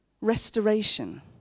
Restoration